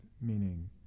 meaning